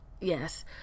Yes